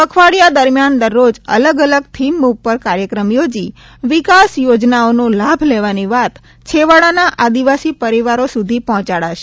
પખવાડિયા દરમ્યાન દરરોજ અલગ અલગ થીમ ઉપર કાર્યક્રમ યોજી વિકાસ યોજનાઓનો લાભ લેવાની વાત છેવાડાના આદિવાસી પરિવારો સુધી પહોંચાડાશે